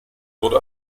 wurde